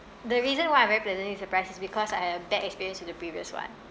the reason why I'm very pleasantly surprised is because I had a bad experience with the previous one